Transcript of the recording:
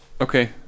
okay